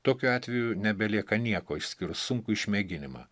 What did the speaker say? tokiu atveju nebelieka nieko išskyrus sunkų išmėginimą